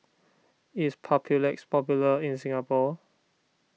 is Papulex popular in Singapore